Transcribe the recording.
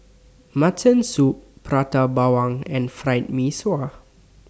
Mutton Soup Prata Bawang and Fried Mee Sua